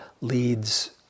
leads